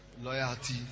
loyalty